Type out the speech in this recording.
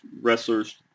wrestlers